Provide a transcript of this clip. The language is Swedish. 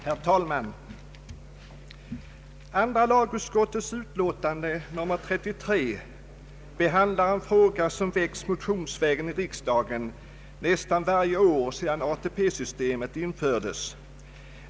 Herr talman! Andra lagutskottets utlåtande nr 33 behandlar en fråga som väckts motionsvägen i riksdagen nästan varje år sedan ATP-systemet infördes.